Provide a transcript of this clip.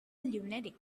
lunatic